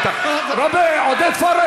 (חבר הכנסת אוסאמה סעדי יוצא מאולם המליאה.) חבר הכנסת עודד פורר,